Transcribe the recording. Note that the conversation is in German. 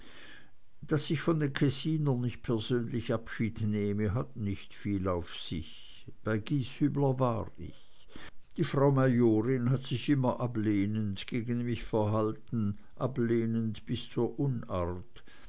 daß ich von den kessinern nicht persönlich abschied nehme hat nicht viel auf sich bei gieshübler war ich die frau majorin hat sich immer ablehnend gegen mich verhalten ablehnend bis zur unart